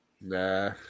Nah